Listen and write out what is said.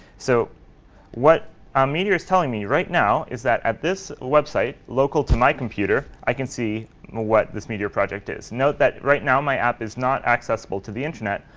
so what um meteor is telling me right now is that at this website local to my computer, i can see what this meteor project is. note that right now, my app is not accessible to the internet.